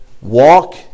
walk